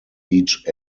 each